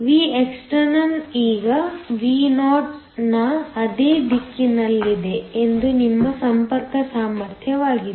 V ಬಾಹ್ಯ ಈಗ Vo ನ ಅದೇ ದಿಕ್ಕಿನಲ್ಲಿದೆ ಅದು ನಿಮ್ಮ ಸಂಪರ್ಕ ಸಾಮರ್ಥ್ಯವಾಗಿದೆ